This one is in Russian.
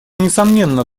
несомненно